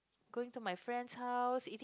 going to my friend's house eating